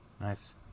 Nice